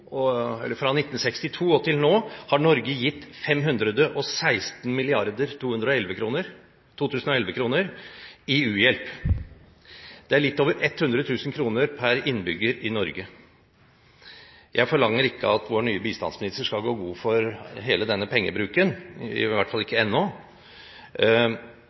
og utviklingshjelp. Fra 1962 og til nå har Norge gitt 516 mrd. 2011-kroner i u-hjelp. Det er litt over 100 000 kr per innbygger i Norge. Jeg forlanger ikke at vår nye bistandsminister skal gå god for hele denne pengebruken – i hvert fall